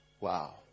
Wow